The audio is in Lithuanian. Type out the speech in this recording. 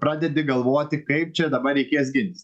pradedi galvoti kaip čia dabar reikės gintis